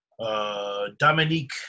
Dominique